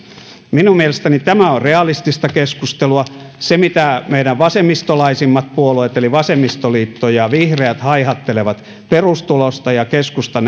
minun mielestäni tämä on realistista keskustelua se mitä meidän vasemmistolaisimmat puolueet eli vasemmistoliitto ja vihreät haihattelevat perustulosta ja keskusta